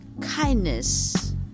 kindness